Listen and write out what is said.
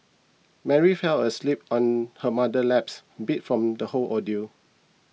Mary fell asleep on her mother's laps beat from the whole ordeal